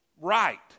right